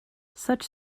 such